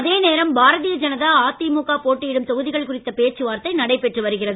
அதே நேரம் பாரதீய ஜனதா அதிமுக போட்டியிடும் தொகுதிகள் குறித்த பேச்சுவார்த்தை நடைபெற்று வருகிறது